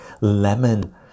Lemon